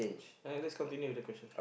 uh let's continue with the question